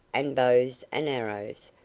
and bows and arrows,